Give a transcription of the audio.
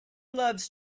loves